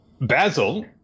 Basil